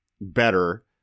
better